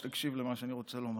בבקשה, אדוני, שלוש דקות לרשותך.